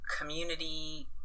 community